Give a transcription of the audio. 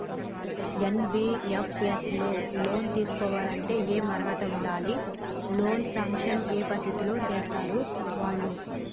NBFS లో loan తీస్కోవాలంటే ఏం అర్హత ఉండాలి? లోన్ సాంక్షన్ ఏ పద్ధతి లో చేస్తరు వాళ్లు?